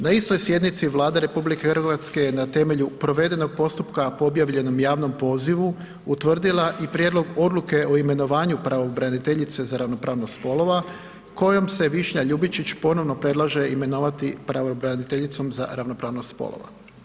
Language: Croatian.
Na istoj sjednici Vlada RH je na temelju provedenog postupka po objavljenom javnom pozivu utvrdila i Prijedlog odluke o imenovanju pravobraniteljice za ravnopravnost spolova kojom se Višnja Ljubičić ponovno predlaže imenovati pravobraniteljicom za ravnopravnost spolova.